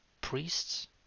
priests